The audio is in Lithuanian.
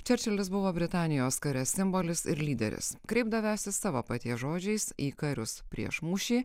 čerčilis buvo britanijos kare simbolis ir lyderis kreipdavęsis savo paties žodžiais į karius prieš mūšį